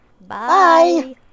Bye